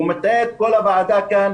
הוא מטעה את כל הוועדה כאן.